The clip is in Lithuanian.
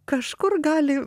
kažkur gali